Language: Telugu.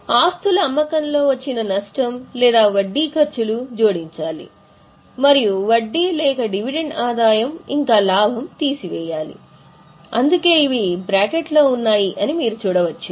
కాబట్టి ఆస్తుల అమ్మకం లో వచ్చిన నష్టం లేదా వడ్డీ ఖర్చులు జోడించాలి మరియు వడ్డీ లేక డివిడెండ్ ఆదాయం ఇంకా లాభం తీసివేయాలి అందుకే ఇవి బ్రాకెట్లో ఉన్నాయి అని మీరు చూడవచ్చు